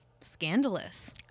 Scandalous